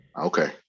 okay